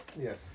yes